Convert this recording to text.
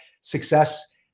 success